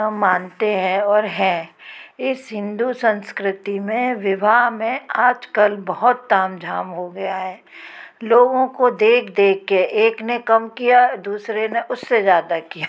हम मानते हैं और है इस हिन्दू संस्कृति में विवाह में आजकल बहुत ताम झाम हो गया है लोगों को देख देख कर एक ने कम किया दूसरे ने उससे ज़्यादा किया